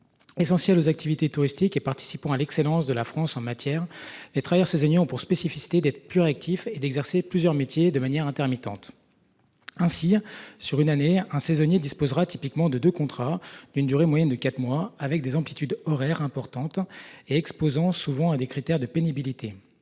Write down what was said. Essentiel aux activités touristiques et participant à l'excellence de la France en matière et travailleurs saisonniers ont pour spécificité d'être plus réactif et d'exercer plusieurs métiers de manière intermittente. Ainsi, sur une année un saisonnier disposera typiquement de de contrats d'une durée moyenne de quatre mois avec des amplitudes horaires importantes et exposant souvent à des critères de pénibilité.